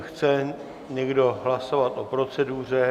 Chce někdo hlasovat o proceduře?